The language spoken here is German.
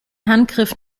handgriff